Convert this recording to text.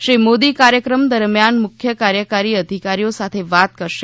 શ્રી મોદી કાર્યક્રમ દરમિયાન મુખ્ય કાર્યકારી અધિકારીઓ સાથે વાત કરશે